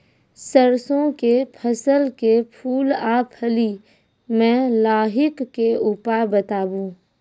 सरसों के फसल के फूल आ फली मे लाहीक के उपाय बताऊ?